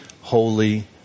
holy